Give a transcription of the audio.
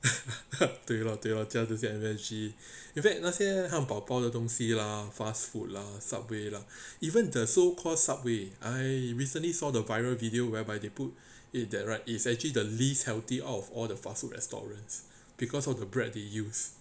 对 lor 对 lor 加这些 M_S_G in fact 那些汉堡包的东西 lah fast food lah subway lah even the so called subway I recently saw the viral video whereby they put it that right is actually the least healthy of all the fast food restaurants because of the bread they use